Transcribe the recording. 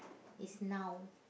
is now